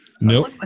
Nope